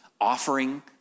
offering